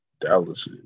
Dallas